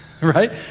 Right